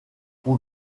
pour